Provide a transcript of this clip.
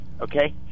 okay